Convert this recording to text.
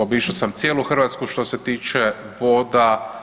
Obišo sam cijelu Hrvatsku što se tiče voda.